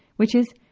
which is,